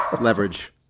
leverage